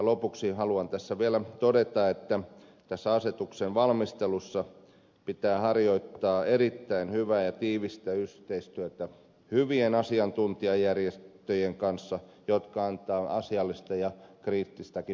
lopuksi haluan tässä vielä todeta että tässä asetuksen valmistelussa pitää harjoittaa erittäin hyvää ja tiivistä yhteistyötä hyvien asiantuntijajärjestöjen kanssa jotka antavat asiallista ja kriittistäkin palautetta